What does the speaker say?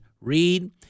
read